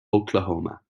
oklahoma